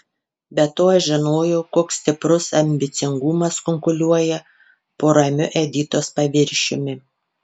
be to aš žinojau koks stiprus ambicingumas kunkuliuoja po ramiu editos paviršiumi